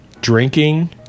drinking